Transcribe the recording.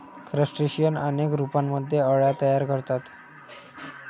crustacean अनेक रूपांमध्ये अळ्या तयार करतात